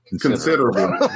Considerable